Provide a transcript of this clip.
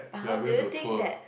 but hor do you think that